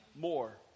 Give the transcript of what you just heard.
more